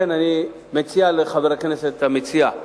לכן אני מציע לחבר הכנסת המציע,